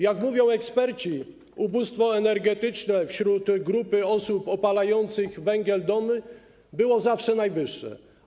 Jak mówią eksperci, ubóstwo energetyczne w grupie osób opalających węglem domy było zawsze najwyższe.